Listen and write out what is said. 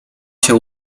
się